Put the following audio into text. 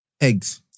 Eggs